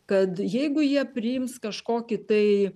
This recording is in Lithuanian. kad jeigu jie priims kažkokį tai